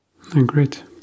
Great